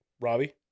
Robbie